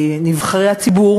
נבחרי הציבור.